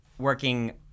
working